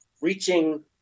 reaching –